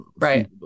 Right